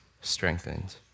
strengthened